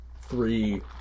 three